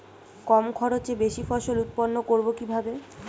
কম খরচে বেশি ফসল উৎপন্ন করব কিভাবে?